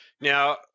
Now